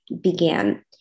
began